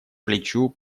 плечу